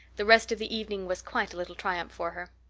the rest of the evening was quite a little triumph for her.